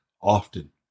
often